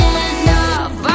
enough